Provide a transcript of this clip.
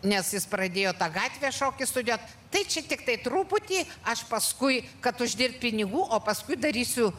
nes jis pradėjo tą gatvės šokių studiją tai čia tiktai truputį aš paskui kad uždirbi pinigų o paskui darysiu